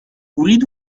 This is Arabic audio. أريد